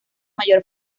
mayor